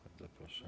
Bardzo proszę.